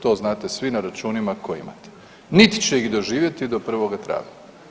To znate svi na računima koje imate niti će ih doživjeti do 1. travnja.